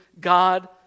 God